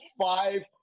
five